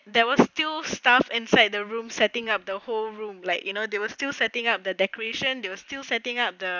there was still staff inside the room setting up the whole room like you know they will still setting up the decoration they will still setting up the